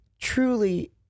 truly